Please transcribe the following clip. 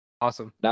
awesome